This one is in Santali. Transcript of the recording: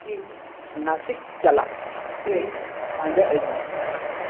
ᱤᱧ ᱱᱟᱥᱤᱠ ᱪᱟᱞᱟᱜ ᱴᱨᱮᱱ ᱯᱟᱸᱡᱟ ᱟᱹᱧ ᱢᱮ